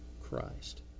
Christ